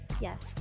Yes